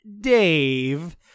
Dave